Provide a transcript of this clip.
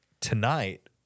tonight